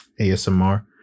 ASMR